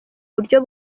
buryo